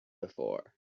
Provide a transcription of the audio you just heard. before